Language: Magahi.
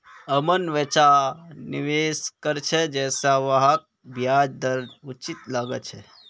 अमन वैछा निवेश कर छ जैछा वहाक ब्याज दर उचित लागछे